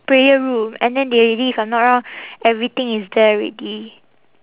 prayer room and then they already if I'm not wrong everything is there already